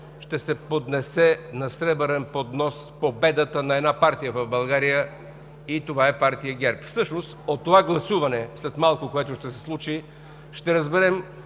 ще се поднесе на сребърен поднос победата на една партия в България, и това е партия ГЕРБ. Всъщност от това гласуване, което ще се случи след